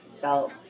felt